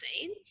scenes